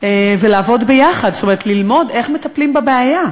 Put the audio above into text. ולעבוד ביחד, ללמוד איך מטפלים בבעיה.